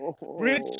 Rich